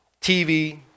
TV